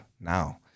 now